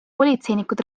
politseinikud